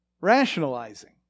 Rationalizing